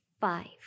five